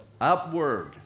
Upward